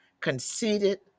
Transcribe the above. conceited